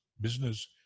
business